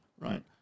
right